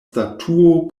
statuo